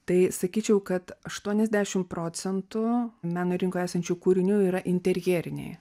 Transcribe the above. tai sakyčiau kad aštuoniasdešim procentų meno rinkoje esančių kūrinių yra interjeriniai